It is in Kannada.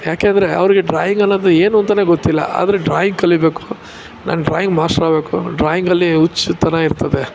ಯಾಕೆಂದರೆ ಅವರಿಗೆ ಡ್ರಾಯಿಂಗನ್ನೋದು ಏನು ಅಂತಾನೆ ಗೊತ್ತಿಲ್ಲ ಆದರೆ ಡ್ರಾಯಿಂಗ್ ಕಲಿಬೇಕು ನಾನು ಡ್ರಾಯಿಂಗ್ ಮಾಷ್ಟ್ರಾಗಬೇಕು ಡ್ರಾಯಿಂಗಲ್ಲಿ ಹುಚ್ಚುತನ ಇರ್ತದೆ